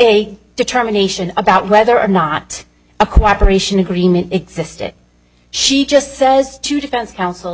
a determination about whether or not a cooperation agreement existed she just says to defense counsel